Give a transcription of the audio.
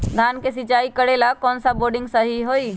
धान के सिचाई करे ला कौन सा बोर्डिंग सही होई?